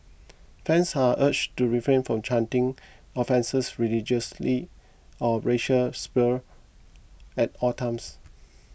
fans are urged to refrain from chanting offensive religious or racial slurs at all times